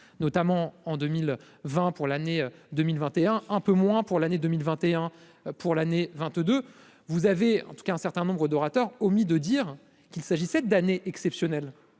notamment en 2020 pour l'année 2021, un peu moins pour l'année 2021 pour l'année 22, vous avez en tout cas un certain nombre d'orateurs omis de dire qu'il s'agissait d'année exceptionnelle.